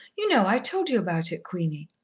you know, i told you about it, queenie.